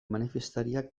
manifestariak